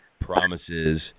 Promises